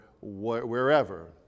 wherever